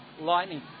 Lightning